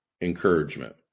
encouragement